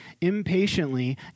impatiently